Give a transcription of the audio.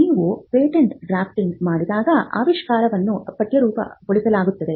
ನೀವು patent draft ಮಾಡಿದಾಗ ಆವಿಷ್ಕಾರವನ್ನು ಪಠ್ಯರೂಪಗೊಳಿಸಲಾಗುತ್ತದೆ